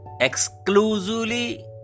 exclusively